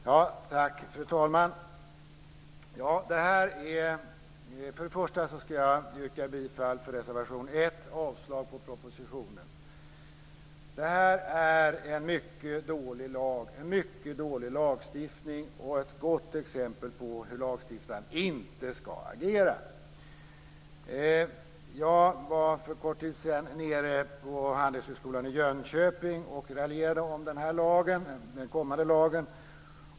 Fru talman! För det första vill jag yrka bifall till reservation 1 och avslag på propositionen. Detta är en mycket dålig lag och en mycket dålig lagstiftning och ett gott exempel på hur lagstiftaren inte ska agera. För en kort tid sedan var jag nere på Handelshögskolan i Jönköping och raljerade om den kommande lagen.